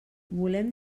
volem